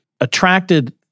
attracted